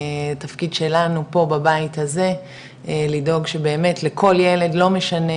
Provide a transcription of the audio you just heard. התפקיד שלנו פה בבית הזה לדאוג שבאמת לכל ילד לא משנה